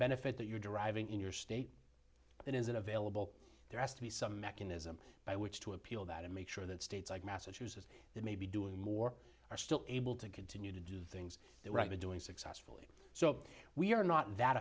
benefit that you're driving in your state that isn't available there has to be some mechanism by which to appeal that and make sure that states like massachusetts that may be doing more are still able to continue to do things the right to doing successfully so we're not that